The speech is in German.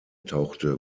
tauchte